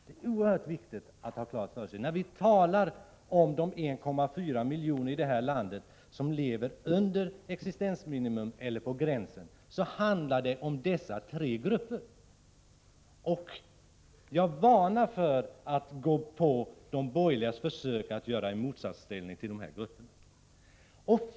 Det är oerhört viktigt att ha klart för sig, när vi talar om de 1,4 miljoner i det här landet som lever under eller på gränsen till existensminimum, att det handlar om dessa tre grupper. Jag varnar för att gå på de borgerligas försök att skapa en motsatsställning mellan de här grupperna.